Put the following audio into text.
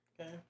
Okay